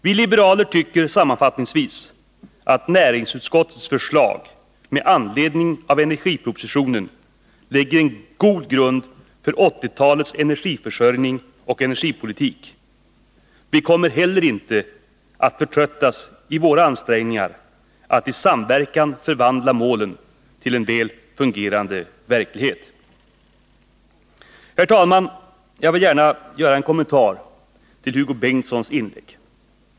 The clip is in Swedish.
Vi liberaler tycker sammanfattningsvis att näringsutskottets förslag med anledning av energipropositionen lägger en god grund för 1980-talets energiförsörjning och energipolitik. Vi kommer heller inte att förtröttas i våra ansträngningar att i samverkan förvandla målen till en väl fungerande verklighet. Herr talman! Jag vill gärna göra en kommentar till Hugo Bengtssons inlägg.